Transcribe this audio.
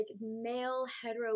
male-hetero